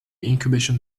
incubation